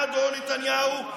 אדון נתניהו,